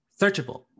searchable